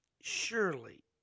surely